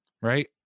Right